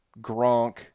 Gronk